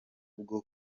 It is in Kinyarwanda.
bwo